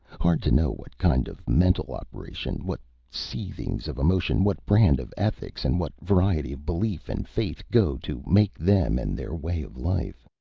hard to know what kind of mental operation, what seethings of emotion, what brand of ethics and what variety of belief and faith go to make them and their way of life.